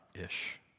ish